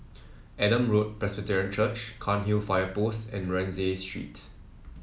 Adam Road Presbyterian Church Cairnhill Fire Post and Rienzi Street